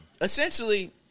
Essentially